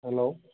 hello